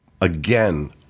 again